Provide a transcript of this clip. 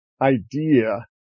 idea